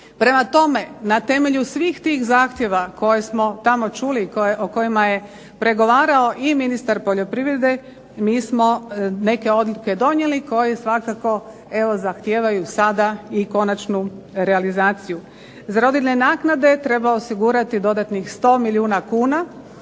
Prema tome, na temelju svih tih zahtjeva koje smo tamo čuli i o kojima je pregovarao i ministar poljoprivrede, mi smo neke odluke donijeli koje svakako evo zahtijevaju sada i konačnu realizaciju. Za rodiljne naknade treba osigurati dodatnih 100 milijuna kuna,